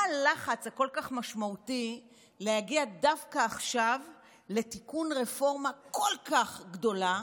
מה הלחץ הכל-כך משמעותי להגיע דווקא עכשיו לתיקון ברפורמה כל כך גדולה,